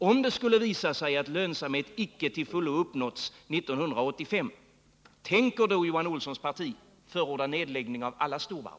Om det skulle visa sig att lönsamhet icke till fullo uppnåtts 1985, tänker då Johan Olssons parti förorda nedläggande av alla storvarv?